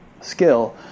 skill